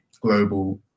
global